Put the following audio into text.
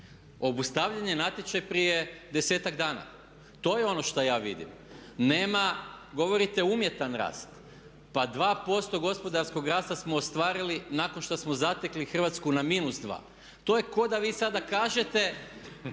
Obustavljen je natječaj prije 10-ak dana, to je ono što ja vidim. Nema, govorite umjetan rast, pa 2% gospodarskog rasta smo ostvarili nakon što smo zatekli Hrvatsku na -2. To je kao da sada vi kažete